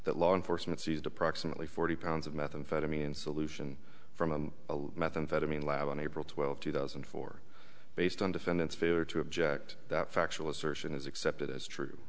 that law enforcement seized approximately forty pounds of methamphetamine solution from a methamphetamine lab on april twelfth two thousand and four based on defendant's failure to object that factual assertion is accepted as true